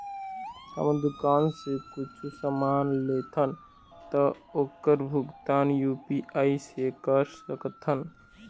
हमन दुकान से कुछू समान लेथन ता ओकर भुगतान यू.पी.आई से कर सकथन?